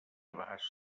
abast